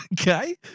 Okay